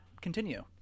continue